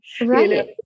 Right